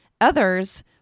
Others